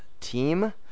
team